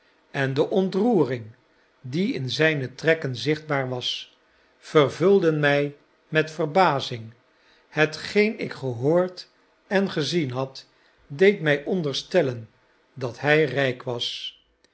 en deontroering die in zijne trekken zichtbaar was vervulden mij met verbazing hetgeen ik gehoord en gezien had deed mij onderstellen dat hij rijk was